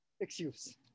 excuse